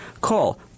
Call